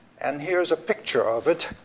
and here's a picture of it.